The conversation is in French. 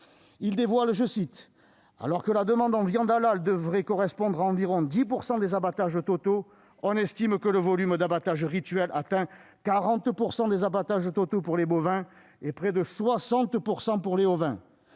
en seulement cinq ans. « Alors que la demande en viande halal devrait correspondre à environ 10 % des abattages totaux, on estime que le volume d'abattage rituel atteint 40 % des abattages totaux pour les bovins et près de 60 % pour les ovins »,